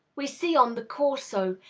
we see on the corso,